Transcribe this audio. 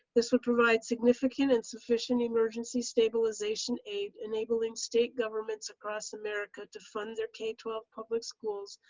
this would provide significant and sufficient emergency stabilization, aid, enabling state governments across america to fund their k twelve public schools,